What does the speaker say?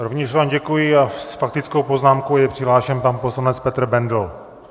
Rovněž vám děkuji a s faktickou poznámkou je přihlášen pan poslanec Petr Bendl.